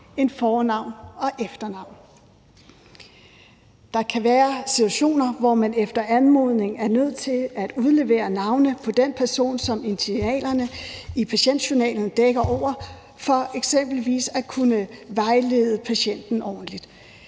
end fornavn og efternavn. Der kan være situationer, hvor man efter anmodning er nødt til at udlevere navnet på den person, som initialerne i patientjournalen dækker over, for eksempelvis at kunne vejlede patienten ordentligt.